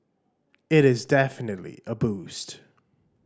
it is definitely a boost